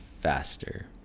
faster